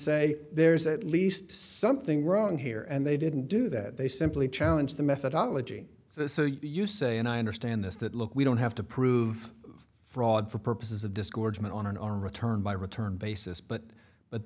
say there's at least something wrong here and they didn't do that they simply challenge the methodology so you say and i understand this that look we don't have to prove fraud for purposes of discouragement on our return by return basis but but